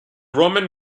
roman